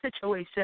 situation